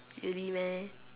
really meh